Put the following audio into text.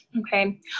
Okay